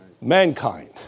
mankind